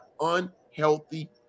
unhealthy